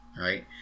right